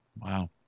Wow